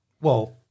Well-